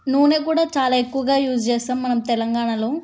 నూనె కూడా చాలా ఎక్కువగా యూజ్ చేస్తాం మనం తెలంగాణలో